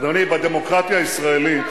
אדוני, בדמוקרטיה הישראלית